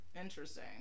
interesting